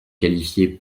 qualifier